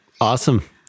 Awesome